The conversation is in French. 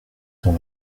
dans